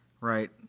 Right